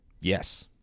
Yes